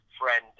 friend